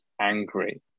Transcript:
angry